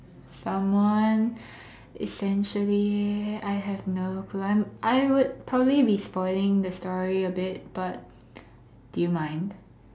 someone essentially I have known but I'm I would probably spoiling the story a bit but do you mind